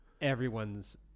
everyone's